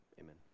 amen